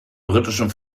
britischen